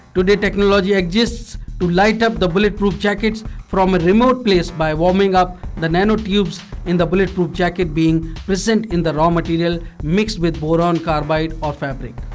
today technology exists to light up the bullet proof jackets from a remote place by warming up the nano tubes in the bullet proof jacket being present in the raw material mixed with boron carbide or fabric.